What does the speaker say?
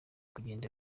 kugenda